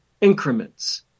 increments